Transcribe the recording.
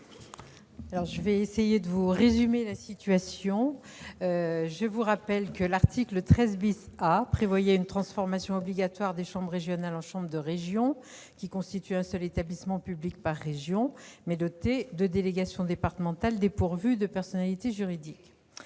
Je vais tenter de vous résumer la situation ... Je vous rappelle que l'article 13 A prévoyait la transformation obligatoire des chambres régionales en chambres de région constituant un seul établissement public par région et dotées de délégations départementales dépourvues de personnalité juridique.